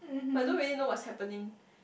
but I don't really know what's happening